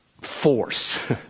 force